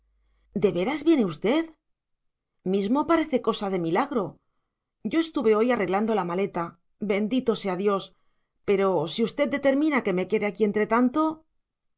veras viene usted mismo parece cosa de milagro yo estuve hoy arreglando la maleta bendito sea dios pero si usted determina que me quede aquí